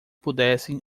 pudessem